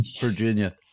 Virginia